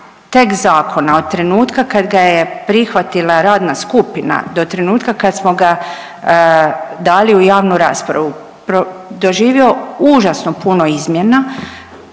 tekst zakona od trenutka kad ga je prihvatila radna skupina do trenutka kad smo ga dali u javnu raspravu doživio užasno puno izmjena,